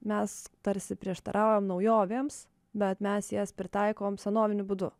mes tarsi prieštaraujam naujovėms bet mes jas pritaikom senoviniu būdu